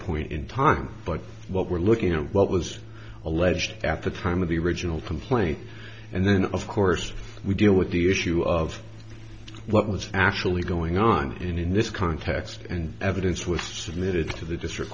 point in time but what we're looking at what was alleged after time of the original complaint and then of course we deal with the issue of what was actually going on in this context and evidence with submitted to the district